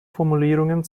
formulierungen